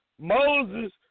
Moses